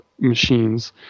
machines